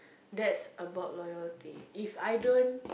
that's about loyalty If I don't